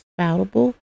Spoutable